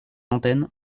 antennes